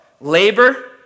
labor